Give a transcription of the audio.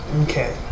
Okay